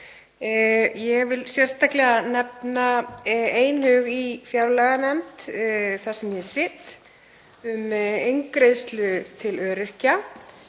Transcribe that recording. Ég vil sérstaklega nefna einhug í fjárlaganefnd, þar sem ég sit, um eingreiðslu til öryrkja